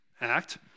act